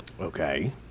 okay